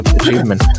achievement